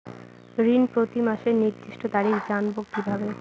ঋণ প্রতিমাসের নির্দিষ্ট তারিখ জানবো কিভাবে?